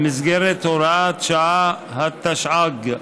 במסגרת הוראת שעה, התשע"ג.